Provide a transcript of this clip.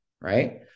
right